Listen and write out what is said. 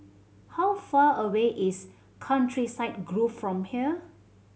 how far away is Countryside Grove from here